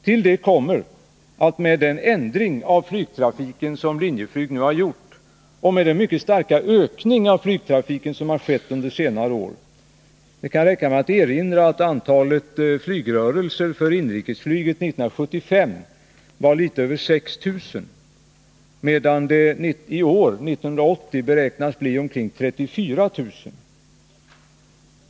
Till detta kommer den ändring av flygtrafiken som Linjeflyg nu har gjort och den mycket starka ökning av flygtrafiken som har skett under senare år. Det kan räcka med att erinra om att antalet flygrörelser för inrikesflyget 1975 var litet över 6 000, medan det 1980 beräknas bli omkring 34 000.